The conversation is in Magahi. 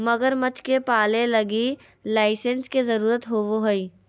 मगरमच्छ के पालय लगी लाइसेंस के जरुरत होवो हइ